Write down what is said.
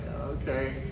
okay